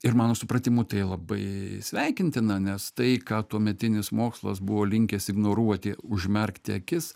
ir mano supratimu tai labai sveikintina nes tai ką tuometinis mokslas buvo linkęs ignoruoti užmerkti akis